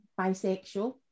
bisexual